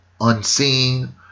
unseen